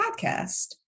podcast